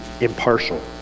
impartial